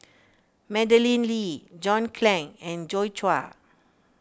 Madeleine Lee John Clang and Joi Chua